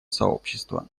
сообщества